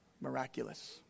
Miraculous